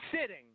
Sitting